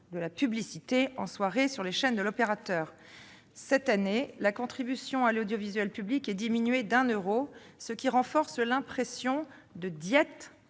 de la publicité en soirée sur les chaînes de l'opérateur. Cette année, la contribution à l'audiovisuel public est diminuée de 1 euro, ce qui renforce l'impression de diète,